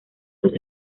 los